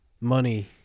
money